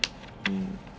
mm